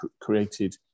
created